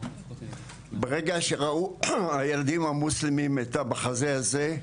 ברגע שראו הילדים המוסלמים, את המחזה הזה,